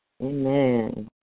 Amen